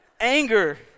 Anger